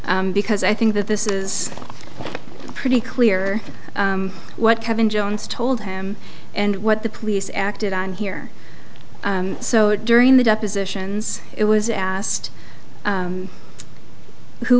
because i think that this is pretty clear what kevin jones told him and what the police acted on here so during the depositions it was asked